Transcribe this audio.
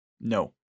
No